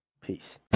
Peace